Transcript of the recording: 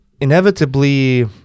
inevitably